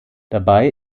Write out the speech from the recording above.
dabei